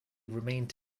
remained